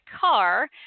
car